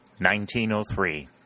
1903